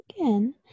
again